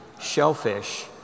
shellfish